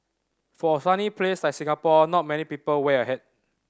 for a sunny place like Singapore not many people wear a hat